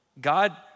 God